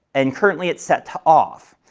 and currently it's set to off.